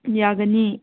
ꯌꯥꯒꯅꯤ